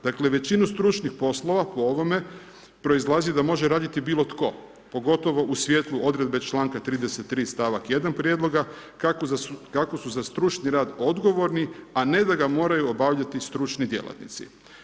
Dakle većinu stručnih poslova po ovome proizlazi da može raditi bilo tko, pogotovo u svjetlu odredbe članka 33. stavak 1. prijedloga kako su za stručni rad odgovorni, a ne da ga moraju obavljati stručni djelatnici.